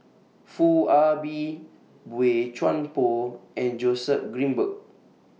Foo Ah Bee Boey Chuan Poh and Joseph Grimberg